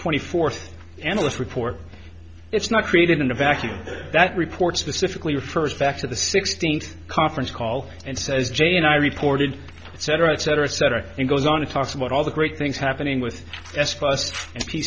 twenty fourth analyst report it's not created in a vacuum that report specifically refers back to the sixteenth conference call and says j and i reported it cetera et cetera et cetera and goes on to talk about all the great things happening with s